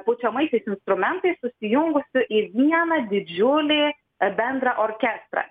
pučiamaisiais instrumentais susijungusių į vieną didžiulį bendra orkestrą